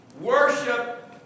Worship